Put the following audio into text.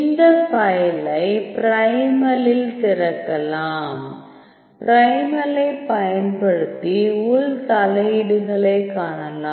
இந்த ஃபைலை ப்ரிமலில் திறக்கலாம் ப்ரிமலைப் பயன்படுத்தி உள் தலையீடுகளைக் காணலாம்